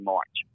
March